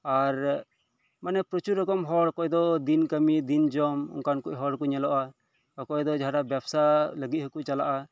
ᱟᱨ ᱢᱟᱱᱮ ᱯᱨᱚᱪᱩᱨ ᱨᱚᱠᱚᱢ ᱦᱚᱲ ᱚᱠᱚᱭ ᱫᱚ ᱫᱤᱱ ᱠᱟᱹᱢᱤ ᱫᱤᱱ ᱡᱚᱢ ᱚᱱᱠᱟᱱ ᱠᱚ ᱦᱚᱲ ᱠᱚ ᱧᱮᱞᱚᱜᱼᱟ ᱚᱠᱚᱭ ᱫᱚ ᱡᱟᱦᱟᱴᱟᱜ ᱵᱮᱵᱽᱥᱟ ᱞᱟᱹᱜᱤᱫ ᱦᱚᱸᱠᱚ ᱪᱟᱞᱟᱜᱼᱟ